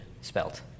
spelt